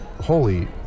holy